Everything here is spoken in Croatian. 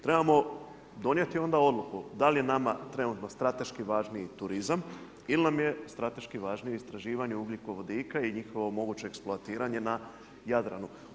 Trebamo donijeti onda odluku, da li je nama trenutno strateški važniji turizam ili nam je strateški važniji istraživanje ugljikovodika i njihovo uvođenje eksploatiranja na Jadranu.